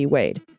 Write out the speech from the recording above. Wade